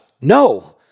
No